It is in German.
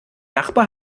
nachbar